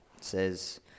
says